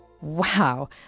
Wow